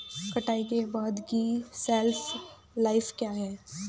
कटाई के बाद की शेल्फ लाइफ क्या है?